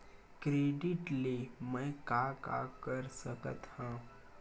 Credit ले मैं का का कर सकत हंव?